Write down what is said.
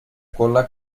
cola